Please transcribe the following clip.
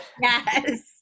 Yes